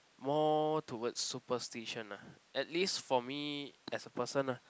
more towards superstition ah at least for me as a person ah